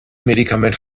medikament